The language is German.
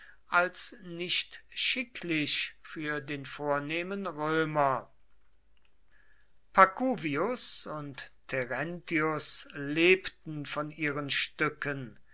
als nicht schicklich für den vornehmen römer pacuvius und terentius lebten von ihren stücken